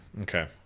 Okay